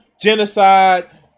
genocide